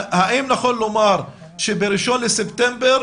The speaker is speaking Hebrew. האם נכון לומר שב-1 בספטמבר,